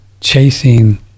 chasing